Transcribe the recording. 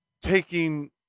taking